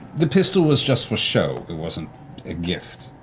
the pistol was just for show. it wasn't a gift.